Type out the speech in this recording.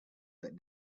that